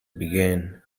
began